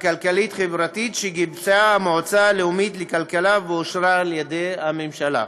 הכלכלית-חברתית שגיבשה המועצה הלאומית לכלכלה ואושרה על ידי הממשלה.